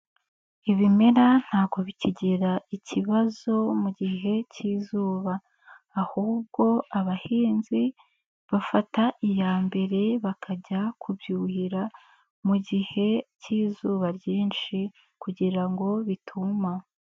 Ibimera ntago bikigira ikibazo mu gihe cy'izuba, ahubwo abahinzi bafata iyambere bakajya kubyuhira mu gihe cy'izuba ryinshi kugira ngo bituma.